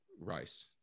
rice